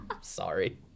Sorry